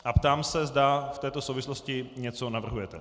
A ptám se, zda v této souvislosti něco navrhujete.